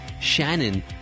Shannon